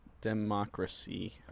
democracy